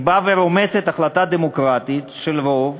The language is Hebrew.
באה ורומסת החלטה דמוקרטית של רוב